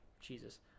jesus